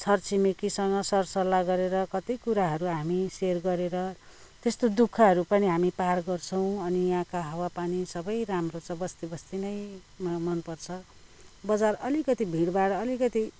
छरछिमेकीसँग सर सल्लाह गरेर कत्ति कुराहरू हामी सेयर गरेर त्यस्तो दुक्खहरू पनि हामी पार गरेछौ अनि यहाँका हवापानी सबै राम्रो छ बस्ती बस्ती नै मा मनपर्छ बजार अलिकति भिडभाड अलिकति